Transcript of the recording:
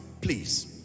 please